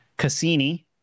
Cassini